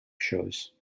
shows